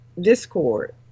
Discord